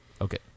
Okay